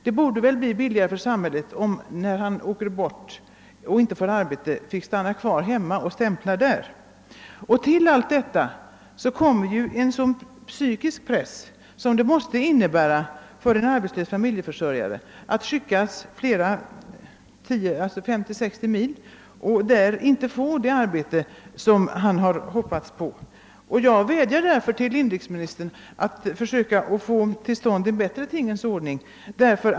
Det torde bli billigare för samhället om han, när han ändå inte kan få arbete på annan ort, fick stanna kvar hemma och stämpla där. Därtill kommer en annan viktig faktor, nämligen den psykiska press som det måste innebära för en arbetslös familjeförsörjare att skickas 530—100 mil och där inte få det arbete han hade hoppats på. Jag vädjar därför till inrikesministern att han försöker få till stånd en bättre tingens ordning.